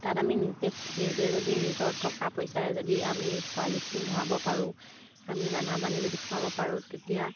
তাত আমি নিজে নিজে যদি নিজৰ টকা পইচাৰে যদি আমি পোৱালিখিনি ভৰাব পাৰোঁ আমি দানা পানী যদি খৰাব পাৰোঁ তেতিয়া